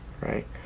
right